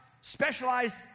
specialized